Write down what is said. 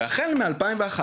והחל מ-2011,